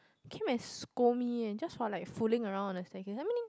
came and scold me eh just for like fooling around on the staircase I mean